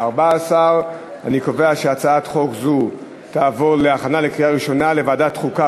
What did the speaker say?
14. אני קובע שהצעת חוק זו תעבור להכנה לקריאה ראשונה לוועדת החוקה,